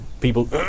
people